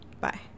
bye